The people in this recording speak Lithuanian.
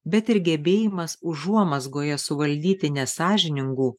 bet ir gebėjimas užuomazgoje suvaldyti nesąžiningų